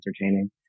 entertaining